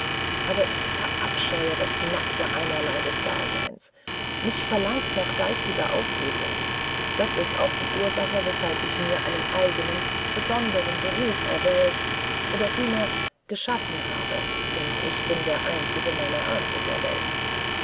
aber ich verabscheue die stumpfheit des täglichen lebens ich hungere nach geistiger aufregung das ist der grund warum ich diesen beruf gewählt oder geschaffen habe denn ich bin der einzige in der welt